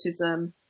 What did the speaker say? autism